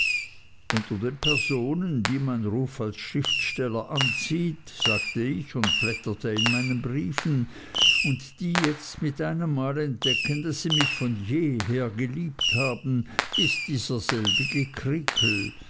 unter den personen die mein ruf als schriftsteller anzieht sagte ich und blätterte in meinen briefen und die jetzt mit einem mal entdecken daß sie mich von jeher geliebt haben ist dieser selbige